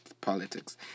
politics